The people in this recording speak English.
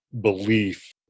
belief